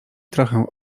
trochę